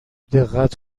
دقت